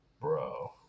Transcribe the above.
bro